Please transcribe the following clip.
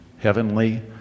heavenly